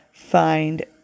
Find